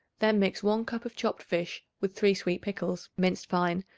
then mix one cup of chopped fish with three sweet pickles minced fine,